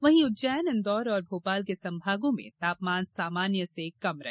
वहीं उज्जैन इंदौर और भोपाल के संभागों में सामान्य से कम रहे